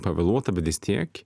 pavėluota bet vis tiek